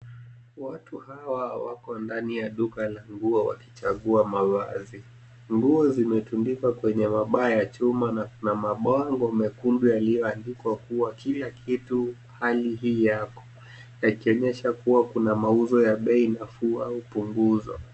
Watu hawa wako ndani ya duka la nguo wakichagua mavazi. Nguo zimetundikwa kwenye mapaa ya chuma na kuna mabango mekundu yaliyoandikwa kuwa kila kitu hali hii yako, yakionyesha kuna mauzo ya bei nafuu au punguzo.